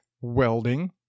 welding